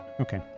Okay